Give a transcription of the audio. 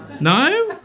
No